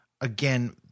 again